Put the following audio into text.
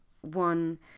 one